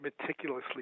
meticulously